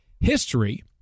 history